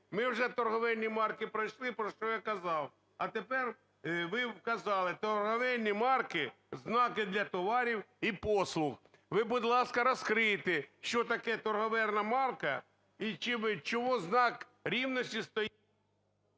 Ми вже торгівельні марки пройшли, про що я казав. А тепер ви вказали "торговельні марки, знаки для товарів і послуг". Ви, будь ласка, розкрийте, що таке торговельна марка і чого знак рівності стоїть…